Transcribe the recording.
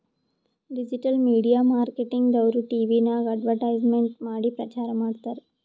digital media marketing ದವ್ರು ಟಿವಿನಾಗ್ advertisement ಮಾಡಿ ಪ್ರಚಾರ್ ಮಾಡ್ತಾರ್